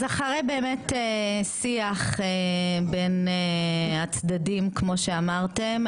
אז אחרי באמת שיח בין הצדדים כמו שאמרתם,